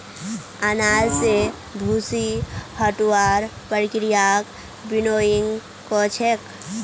अनाज स भूसी हटव्वार प्रक्रियाक विनोइंग कह छेक